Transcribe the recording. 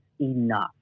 enough